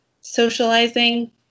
socializing